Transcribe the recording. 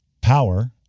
Power